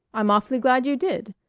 i'm awfully glad you did.